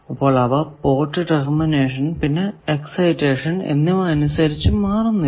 അപ്പോൾ അവ port termination പിന്നെ എക്സൈറ്റഷൻ എന്നിവ അനുസരിച്ചു മാറുന്നില്ല